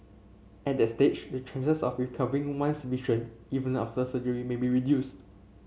at that stage the chances of recovering one's vision even after surgery may be reduced